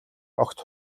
огт